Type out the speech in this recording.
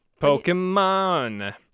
pokemon